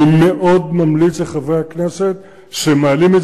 אני מאוד ממליץ לחברי הכנסת שמעלים את